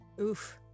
Oof